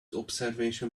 observation